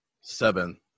Seven